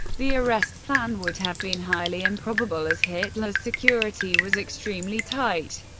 the arrest plan would have been highly improbable, as hitler's security was extremely tight.